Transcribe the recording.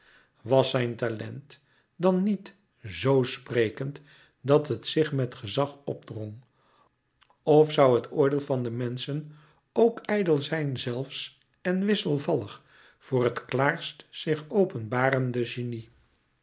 was zijn talent dan niet z sprekend dat het zich met gezag opdrong of zoû het oordeel van de menschen k ijdel zijn zelfs en wisselvallig voor het klàarst zich openbarende genie